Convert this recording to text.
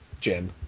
Jim